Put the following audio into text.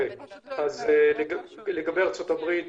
אז לגבי ארצות-הברית